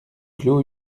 clos